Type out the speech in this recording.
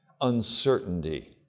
uncertainty